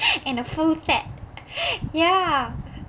and a full set ya